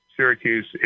Syracuse